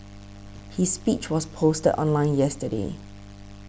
his speech was posted online yesterday